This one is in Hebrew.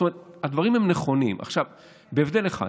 זאת אומרת, הדברים הם נכונים, בהבדל אחד: